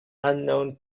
unknown